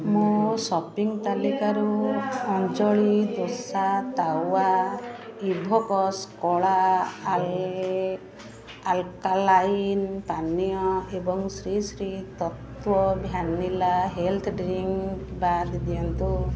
ମୋ ସପିଙ୍ଗ ତାଲିକାରୁ ଅଞ୍ଜଳି ଦୋସା ତାୱା ଇଭୋକସ କଳା ଆଲ୍କାଲାଇନ୍ ପାନୀୟ ଏବଂ Sri Sri Tattva vanilla health drink ବାଦ ଦିଅନ୍ତୁ